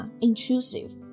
Intrusive